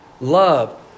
Love